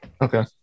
Okay